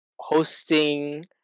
hosting